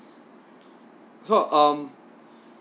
so um